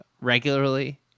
regularly